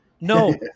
No